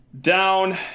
down